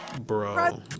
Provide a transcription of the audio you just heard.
Bro